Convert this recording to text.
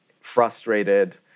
frustrated